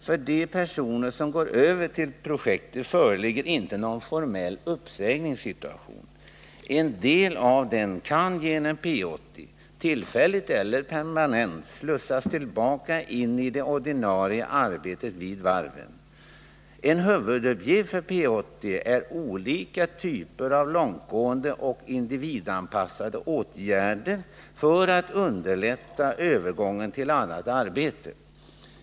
För de personer som går över till projektet föreligger inte någon formell uppsägningssituation. En del av dem kan genom P 80, tillfälligt eller permanent, slussas tillbaka in i det ordinarie arbetet vid varven. En huvuduppgift för P 80 är olika typer av långtgående och individanpassade åtgärder för att underlätta övergången till annat arbete.